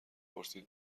پرسید